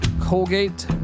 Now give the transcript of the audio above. Colgate